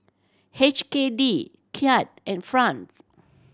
H K D Kyat and Franc